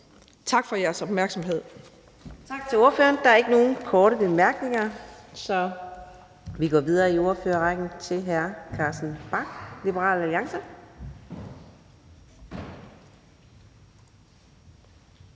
(Karina Adsbøl): Tak til ordføreren. Der er ikke nogen korte bemærkninger, så vi går videre i ordførerrækken til hr. Carsten Bach, Liberal Alliance.